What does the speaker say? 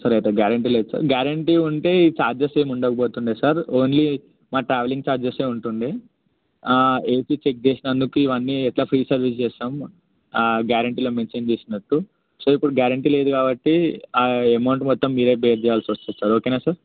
sir అయితే guarantee లేదు sir guarantee ఉంటే ఈ ఛార్జెస్ ఏమి ఉండకపోతుండే సార్ ఓన్లీ మా ట్రావెలింగ్ ఛార్జెస్ ఉంటుండే ఏసీ చెక్ చేసినందుకు ఇవన్నీ ఎట్లా ఫ్రీ సర్వీస్ చేస్తాము గ్యారెంటీలో మెన్షన్ చేసినట్టు సో ఇప్పుడు గ్యారెంటీ లేదు కాబట్టి అమౌంట్ మొత్తం మీరు బేర్ చేయాల్సి వస్తుంది ఓకేనా సార్